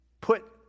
Put